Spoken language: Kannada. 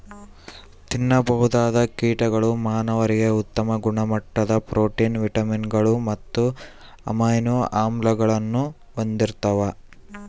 ತಿನ್ನಬಹುದಾದ ಕೀಟಗಳು ಮಾನವರಿಗೆ ಉತ್ತಮ ಗುಣಮಟ್ಟದ ಪ್ರೋಟೀನ್, ವಿಟಮಿನ್ಗಳು ಮತ್ತು ಅಮೈನೋ ಆಮ್ಲಗಳನ್ನು ಹೊಂದಿರ್ತವ